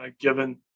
given